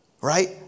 Right